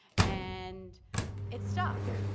and it stuck.